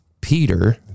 peter